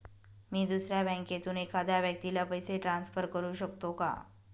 मी दुसऱ्या बँकेतून एखाद्या व्यक्ती ला पैसे ट्रान्सफर करु शकतो का?